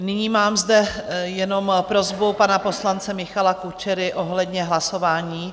Nyní mám zde jen prosbu pana poslance Michala Kučery ohledně hlasování.